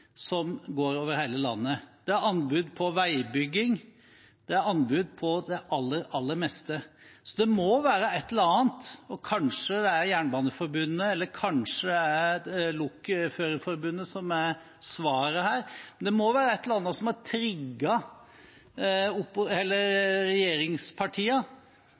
som går over hele landet. Det er anbud på veibygging – det er anbud på det aller meste. Det må være et eller annet – kanskje er det Jernbaneforbundet eller Norsk Lokomotivmannsforbund som er svaret her – som har trigget regjeringspartiene til å synes at det at det er